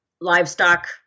livestock